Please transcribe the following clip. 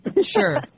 Sure